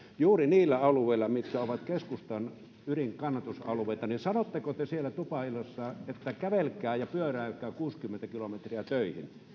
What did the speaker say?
juuri niillä alueilla mitkä ovat keskustan ydinkannatusalueita sanotteko te siellä tupailloissa että kävelkää ja pyöräilkää kuusikymmentä kilometriä töihin